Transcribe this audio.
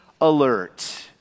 alert